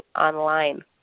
online